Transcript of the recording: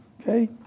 Okay